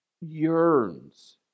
yearns